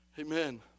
Amen